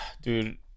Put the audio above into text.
dude